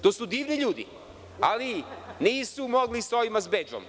To su divni ljudi, ali nisu mogli sa ovima sa bedžom.